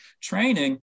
training